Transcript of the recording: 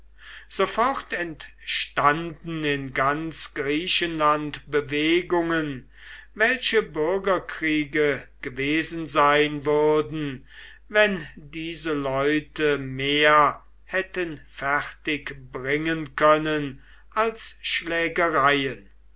sofort entstanden in ganz griechenland bewegungen welche bürgerkriege gewesen sein würden wenn diese leute mehr hätten fertig bringen können als